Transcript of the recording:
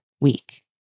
week